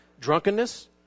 drunkenness